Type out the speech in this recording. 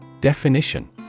Definition